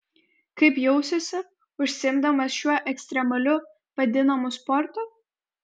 kaip jausiuosi užsiimdamas šiuo ekstremaliu vadinamu sportu